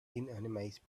inanimate